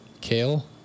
Kale